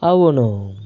అవును